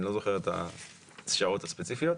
אני לא זוכר את השעות הספציפיות.